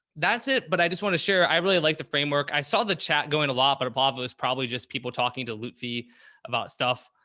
that's it, but i just want to share, i really liked the framework. i saw the chat going a lot better. pablo is probably just people talking to louie about stuff,